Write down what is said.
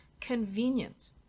convenient